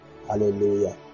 Hallelujah